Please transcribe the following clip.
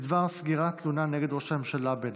בדבר סגירת תלונה נגד ראש הממשלה בנט.